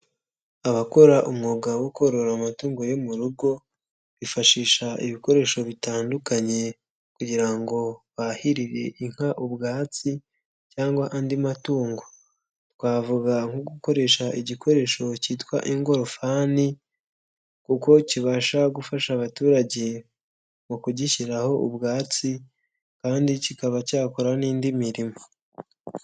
Abakora umwuga wo korora amatungo yo mu rugo, bifashisha ibikoresho bitandukanye kugira ngo bahirire inka ubwatsi cyangwa andi matungo. Twavuga nko gukoresha igikoresho cyitwa ingorofani, kuko kibasha gufasha abaturage mu kugishyiraho ubwatsi kandi kikaba cyakora n'indi mirimo.